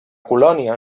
colònia